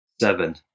seven